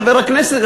חבר הכנסת,